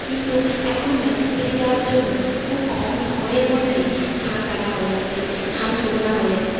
কিন্তু এখন মেশিন বেরিয়ে যাওয়ার জন্য খুব খম সময়ের মধ্যে ধান কাটা হয়ে যাচ্ছে ধান শুকনো হয়ে যাচ্ছে